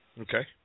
Okay